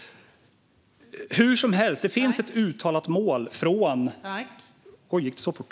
Hur som helst finns det ett uttalat mål. Oj, tog talartiden slut så fort?